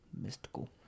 Mystical